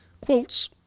Quotes